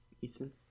Ethan